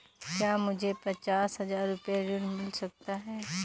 क्या मुझे पचास हजार रूपए ऋण मिल सकता है?